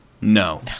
No